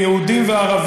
לפי ההרכב